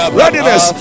readiness